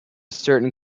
certain